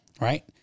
Right